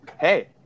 Hey